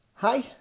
Hi